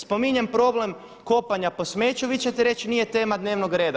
Spominjem problem kopanja po smeću vi ćete reći nije tema dnevnog reda.